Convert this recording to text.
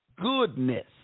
Goodness